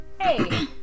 Hey